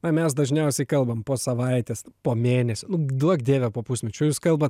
na mes dažniausiai kalbam po savaitės po mėnesio duok dieve po pusmečio jūs kalba